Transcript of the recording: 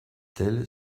telle